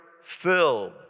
Filled